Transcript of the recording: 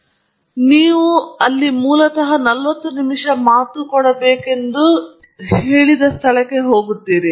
ಆದ್ದರಿಂದ ಉದಾಹರಣೆಗೆ ನೀವು ಮೂಲತಃ ಅಲ್ಲಿ ಅವರು ನೀವು ಒಂದು ನಲವತ್ತು ನಿಮಿಷಗಳ ಮಾತು ಕೊಡಬೇಕೆಂದು ಹೇಳಿದ್ದ ಸ್ಥಳಕ್ಕೆ ಬರುತ್ತಾರೆ